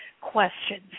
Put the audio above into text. questions